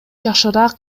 жакшыраак